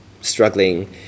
struggling